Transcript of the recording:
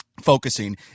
focusing